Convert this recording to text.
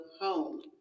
home